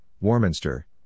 Warminster